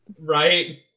Right